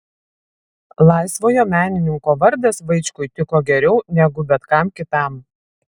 laisvojo menininko vardas vaičkui tiko geriau negu bet kam kitam